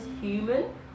human